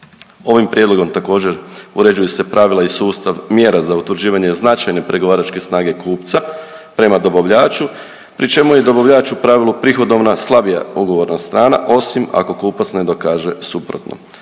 Ovim prijedlogom također uređuju se pravila i sustav mjera za utvrđivanje značajne pregovaračke snage kupca prema dobavljaču pri čemu je dobavljač u pravilu prihodovna slabija ugovorna strana osim ako kupac ne dokaže suprotno.